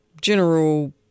general